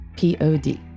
Pod